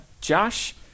Josh